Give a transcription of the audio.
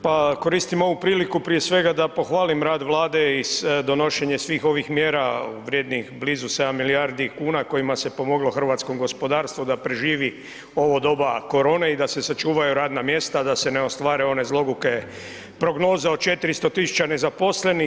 Pa koristim ovu priliku prije svega, da pohvalim rad Vlade i donošenje svih ovih mjera vrijednih blizu 7 milijardi kuna kojima se pomoglo hrvatskom gospodarstvu da preživi ovo doba korone i da se sačuvaju radna mjesta, da se ne ostvare one zloguke prognoze od 400 tisuća nezaposlenih.